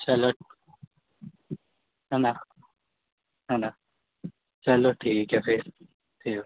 चलो है ना है ना चलो ठीक है फिर ठीक